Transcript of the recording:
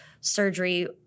surgery